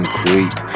creep